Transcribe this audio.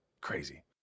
Crazy